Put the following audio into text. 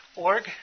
org